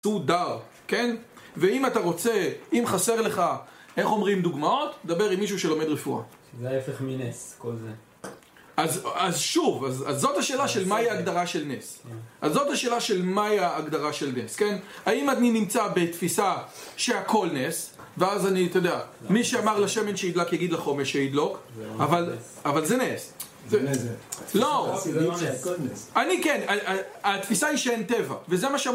תעשו דר, כן? ואם אתה רוצה, אם חסר לך, איך אומרים דוגמאות? דבר עם מישהו שלומד רפואה. זה היה ההפך מנס, כל זה. אז שוב, אז זאת השאלה של מהי ההגדרה של נס. אז זאת השאלה של מהי ההגדרה של נס, כן? האם אני נמצא בתפיסה שהכול נס, ואז אני, אתה יודע, מי שאמר לשמן שיידלק יגיד לחומש שיידלוק, אבל זה נס. זה נזר. לא, אני כן, התפיסה היא שאין טבע, וזה מה...